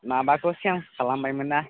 माबाखौ चेन्स खालामबायमोनना